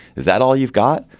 is that all you've got.